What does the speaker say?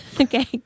Okay